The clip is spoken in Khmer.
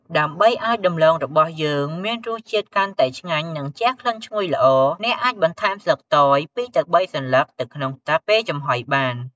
ដើម្បីឱ្យដំឡូងរបស់យើងមានរសជាតិកាន់តែឆ្ងាញ់ និងជះក្លិនឈ្ងុយល្អ អ្នកអាចបន្ថែមស្លឹកតើយ ២ ទៅ ៣ សន្លឹកទៅក្នុងទឹក ពេលចំហុយបាន។